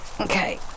okay